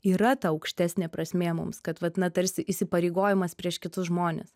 yra ta aukštesnė prasmė mums kad vat na tarsi įsipareigojimas prieš kitus žmones